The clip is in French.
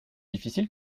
difficile